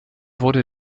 wurde